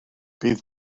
bydd